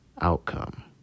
outcome